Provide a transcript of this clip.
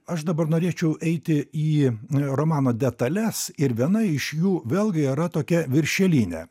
aš dabar norėčiau eiti į romano detales ir viena iš jų vėlgi yra tokia viršelinė